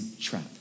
trap